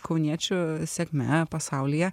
kauniečių sėkme pasaulyje